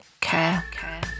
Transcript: care